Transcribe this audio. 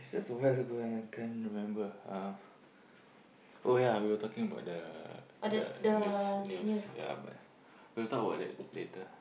it's just a while ago and I can't remember um oh yeah we were talking about the the news news yeah but we'll talk about that later